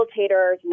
facilitators